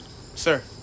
sir